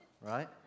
right